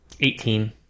Eighteen